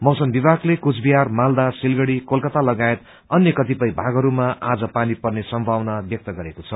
मौसम विभागले कुचबिहार मालदा सिलगढ़ी कलकता लगायत अन्य कतिपय भागहरूमा आज पानी पर्ने सम्भावना व्यक्त गरेको छ